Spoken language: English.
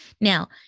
Now